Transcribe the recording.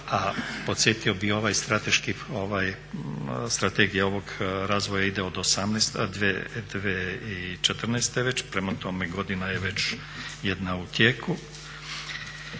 a podsjetio bih strategija ovog razvoja ide od 2014. već prema tome godina je već jedna u tijeku,